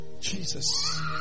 Jesus